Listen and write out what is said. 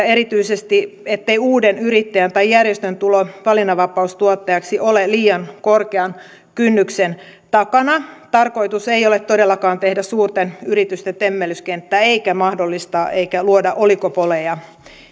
erityisesti sen ettei uuden yrittäjän tai järjestön tulo valinnanvapaustuottajaksi ole liian korkean kynnyksen takana tarkoitus ei ole todellakaan tehdä suurten yritysten temmellyskenttää eikä mahdollistaa eikä luoda oligopoleja